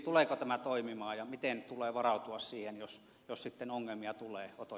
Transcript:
tuleeko tämä toimimaan ja miten tulee varautua siihen jos sitten ongelmia tuleeko tuo